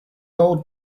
old